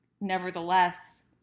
nevertheless